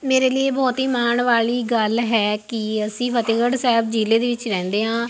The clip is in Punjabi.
ਮੇਰੇ ਲਈ ਇਹ ਬਹੁਤ ਹੀ ਮਾਣ ਵਾਲੀ ਗੱਲ ਹੈ ਕਿ ਅਸੀਂ ਫਤਿਹਗੜ੍ਹ ਸਾਹਿਬ ਜ਼ਿਲ੍ਹੇ ਦੇ ਵਿੱਚ ਰਹਿੰਦੇ ਹਾਂ